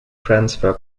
transfer